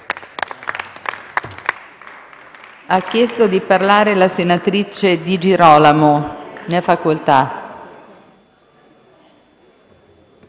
Grazie,